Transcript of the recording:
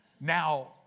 Now